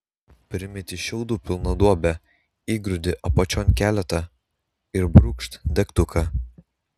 primeti šiaudų pilną duobę įgrūdi apačion keletą ir brūkšt degtuką